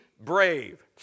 Brave